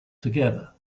together